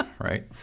right